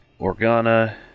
Organa